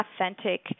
authentic